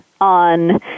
on